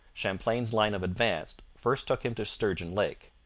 champlain's line of advance first took him to sturgeon lake.